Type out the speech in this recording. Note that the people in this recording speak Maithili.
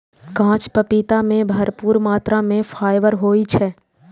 कांच पपीता मे भरपूर मात्रा मे फाइबर होइ छै